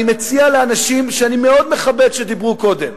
אני מציע לאנשים, שאני מאוד מכבד, שדיברו קודם,